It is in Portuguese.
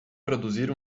produzir